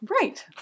Right